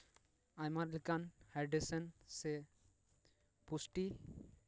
ᱟᱭᱢᱟ ᱞᱮᱠᱟᱱ ᱦᱟᱭᱰᱨᱮᱥᱮᱱ ᱥᱮ ᱯᱩᱥᱴᱤ